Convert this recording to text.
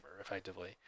effectively